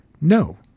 no